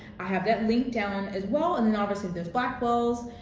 i have that linked down as well and then obviously there's blackwells,